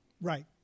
Right